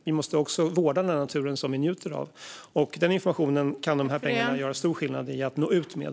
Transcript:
Vi måste också vårda naturen som vi njuter av. Den informationen kan de här pengarna göra stor skillnad för att nå ut med.